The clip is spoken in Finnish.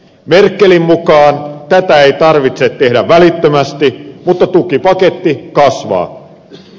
merkelin mukaan tätä ei tarvitse tehdä välittömästi mutta tukipaketti kasvaa